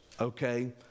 okay